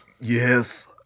Yes